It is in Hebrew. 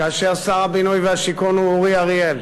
כאשר שר הבינוי והשיכון הוא אורי אריאל,